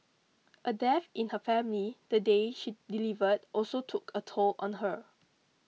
a death in her family the day she delivered also took a toll on her